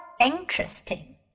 interesting